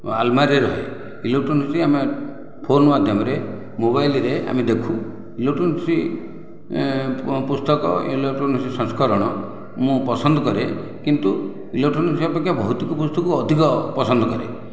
ଆଲମାରୀରେ ରୁହେ ଇଲେକ୍ଟ୍ରୋନିକ୍ସ୍ ଆମେ ଫୋନ୍ ମାଧ୍ୟମରେ ମୋବାଇଲରେ ଆମେ ଦେଖୁ ଇଲେକ୍ଟ୍ରୋନିକ୍ସ୍ ପୁସ୍ତକ ଇଲେକ୍ଟ୍ରୋନିକ୍ସ୍ ସଂସ୍କରଣ ମୁଁ ପସନ୍ଦ କରେ କିନ୍ତୁ ଇଲେକ୍ଟ୍ରୋନିକ୍ସ୍ ଅପେକ୍ଷା ଭୌତିକ ପୁସ୍ତକକୁ ଅଧିକ ପସନ୍ଦ କରେ